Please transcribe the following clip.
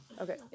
Okay